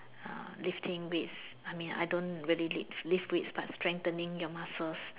uh lifting weights I mean I don't really lift lift weights but strengthening your muscles